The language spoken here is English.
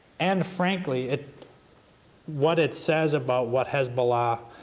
and frankly, it what it says about what hezbollah